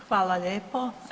Hvala lijepo.